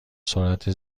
سرعت